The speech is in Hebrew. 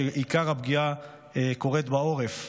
שעיקר הפגיעה קורית בעורף,